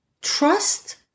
trust